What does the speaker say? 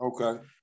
Okay